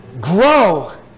grow